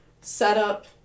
setup